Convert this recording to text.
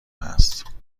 هست